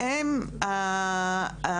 נכון.